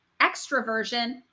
extroversion